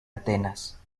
atenas